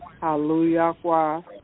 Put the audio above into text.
Hallelujah